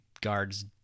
guards